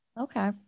Okay